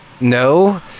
No